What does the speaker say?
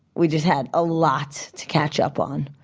we just had a lot to catch up on.